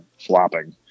flopping